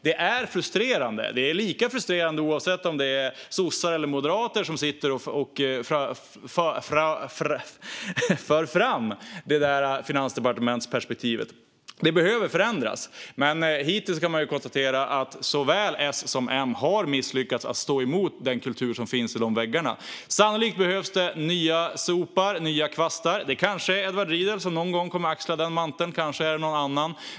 Det är frustrerande, och det är lika frustrerande oavsett om det är sossar eller moderater som sitter och för fram finansdepartementsperspektivet. Det behöver förändras. Men hittills kan man konstatera att såväl S som M har misslyckats att stå emot den kultur som finns i de väggarna. Sannolikt behövs det nya sopar, nya kvastar. Det kanske är Edward Riedl som någon gång kommer att axla den manteln eller kanske någon annan.